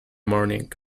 morning